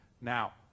Now